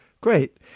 Great